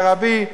ערבי,